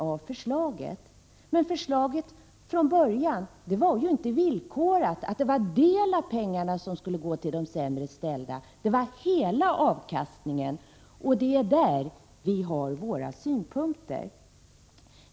I förslaget var det från början inte villkorat att en del av pengarna skulle gå till de sämre ställda, utan det gällde hela avkastningen. Det är där vpk har synpunkter.